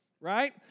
right